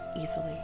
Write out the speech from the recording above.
easily